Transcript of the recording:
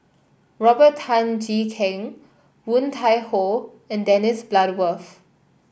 Robert Tan Jee Keng Woon Tai Ho and Dennis Bloodworth